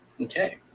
Okay